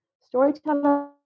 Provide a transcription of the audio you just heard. Storyteller